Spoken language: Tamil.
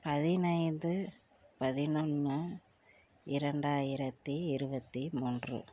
பதினைந்து பதினொன்று இரண்டாயிரத்தி இருபத்தி மூன்று